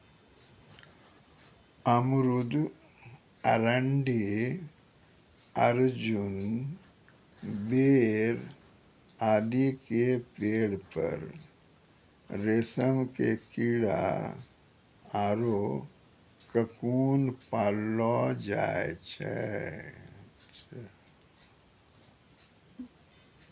अमरूद, अरंडी, अर्जुन, बेर आदि के पेड़ पर रेशम के कीड़ा आरो ककून पाललो जाय छै